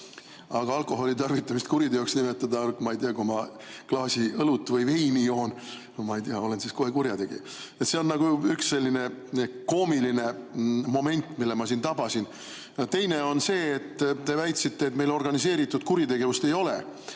aga alkoholi tarvitamist kuriteoks nimetada ... Ma ei tea, kui ma klaasi õlut või veini joon, ma ei tea, olen ma siis kohe kurjategija. See on üks selline koomiline moment, mille ma tabasin. Teine on see, et te väitsite, et meil organiseeritud kuritegevust ei ole.